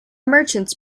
merchants